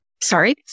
Sorry